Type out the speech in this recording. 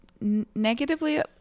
negatively